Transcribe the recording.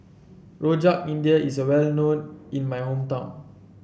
Rojak India is well known in my hometown